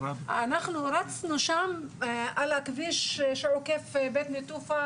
אנחנו רצנו שם על הכביש שעוקף בית נטופה,